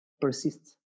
persists